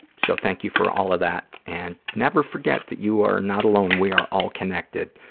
so thank you for all of that. and never forget that you are not alone. we are all connected.